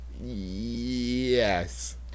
Yes